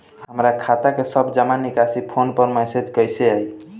हमार खाता के सब जमा निकासी फोन पर मैसेज कैसे आई?